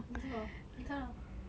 没错你看 ah